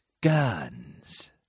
guns